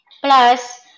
Plus